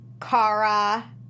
Kara